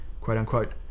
quote-unquote